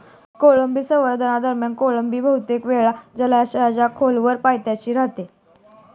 कोळंबी संवर्धनादरम्यान कोळंबी बहुतेक वेळ जलाशयाच्या खोलवर पायथ्याशी राहते